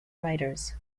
riders